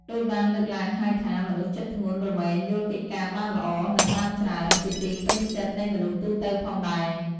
ដូចបានលើកឡើងហើយថា មនុស្សចិត្តធ្ងន់រមែងយល់កិច្ចការបានល្អ និងបានច្រើន ជាទីពេញចិត្តនៃមនុស្សទូទៅផងដែរ។